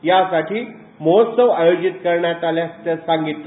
यासाठी महोत्सव आयोजित करण्यात आल्याचं सांगितलं